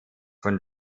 von